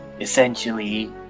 Essentially